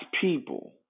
people